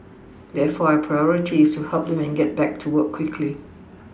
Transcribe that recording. therefore our Priority is to help them get back to work quickly